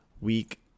Week